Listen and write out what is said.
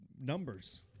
numbers